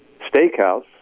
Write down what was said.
steakhouse